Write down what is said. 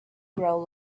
grow